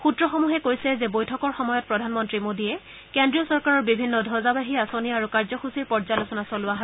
সূত্ৰসমূহে কৈছে যে বৈঠকৰ সময়ত প্ৰধানমন্ত্ৰী মোডীয়ে কেন্দ্ৰীয় চৰকাৰৰ বিভিন্ন ধবজাবাহী আঁচনি আৰু কাৰ্যসূচীৰ পৰ্যালোচনা চলোৱা হয়